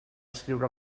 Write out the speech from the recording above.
escriure